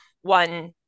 one